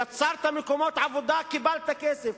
יצרת מקומות עבודה, קיבלת כסף.